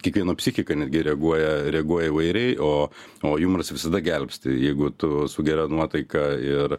kiekvieno psichika netgi reaguoja reaguoja įvairiai o o jumoras visada gelbsti jeigu tu su gera nuotaika ir